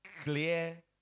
clear